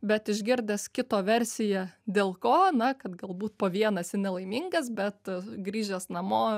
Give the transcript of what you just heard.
bet išgirdęs kito versiją dėl ko na kad galbūt po vieną esi nelaimingas bet grįžęs namo